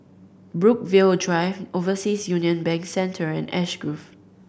Brookvale Drive Overseas Union Bank Centre and Ash Grove